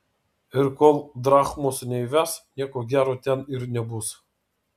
ir kol drachmos neįves nieko gero ten ir nebus